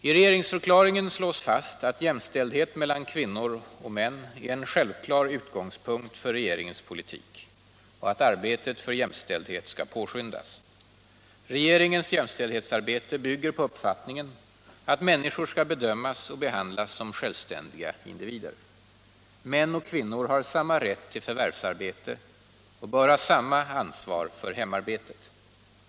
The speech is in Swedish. I regeringsförklaringen slås fast, att jämställdhet mellan kvinnor och män är en självklar utgångspunkt för regeringens politik och att arbetet för jämställdhet skall påskyndas. Regeringens jämställdhetsarbete bygger på uppfattningen att människor skall bedömas och behandlas som självständiga individer. Män och kvinnor har samma rätt till förvärvsarbete och bör ha samma ansvar för hemarbetet.